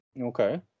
Okay